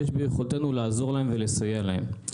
יש ביכולתנו לעזור להם ולסייע להם.